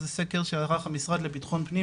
זה סקר שערך המשרד לביטחון פנים,